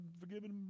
forgiven